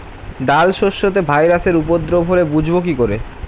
ডাল শস্যতে ভাইরাসের উপদ্রব হলে বুঝবো কি করে?